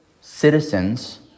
citizens